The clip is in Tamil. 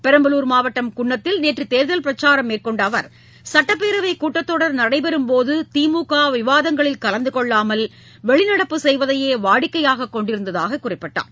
பெரம்பலூர் மாவட்டம் குன்னத்தில் நேற்று தேர்தல் பிரச்சாரம் மேற்கொண்ட அவர் சட்டப்பேரவை கூட்டத்தொடர் நடைபெறும்போது திமுக விவாதங்களில் கலந்து கொள்ளாமல் வெளிநடப்பு செய்வதையே வாடிக்கையாக கொண்டிருந்ததாக அவர் கூறினார்